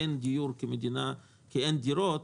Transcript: ואין דיור כי אין דירות,